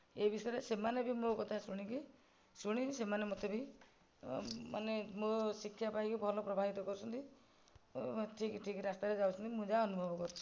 ଏହି ବିଷୟରେ ସେମାନେ ଭି ମୋ କଥା ଶୁଣିକି ଶୁଣି ସେମାନେ ମୋତେ ବି ମାନେ ମୋ ଶିକ୍ଷା ପାଇକି ଭଲ ପ୍ରଭାବିତ କରୁଛନ୍ତି ଠିକ ଠିକ ରାସ୍ତାରେ ଯାଉଛନ୍ତି ମୁଁ ଯାହା ଅନୁଭବ କରୁଛି